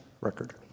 record